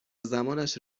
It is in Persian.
زمانش